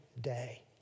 day